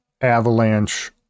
avalanche